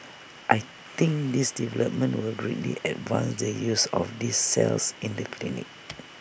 I think this development will greatly advance the use of these cells in the clinic